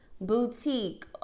boutique